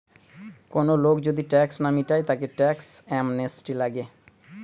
কোন লোক যদি ট্যাক্স না মিটায় তাকে ট্যাক্স অ্যামনেস্টি লাগে